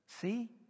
See